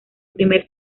primer